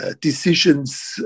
decisions